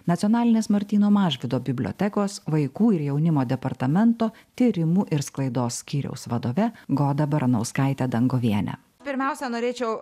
nacionalinės martyno mažvydo bibliotekos vaikų ir jaunimo departamento tyrimų ir sklaidos skyriaus vadove goda baranauskaite dangoviene pirmiausia norėčiau